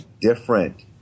different